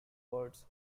words